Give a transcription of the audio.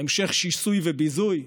המשך שיסוי וביזוי?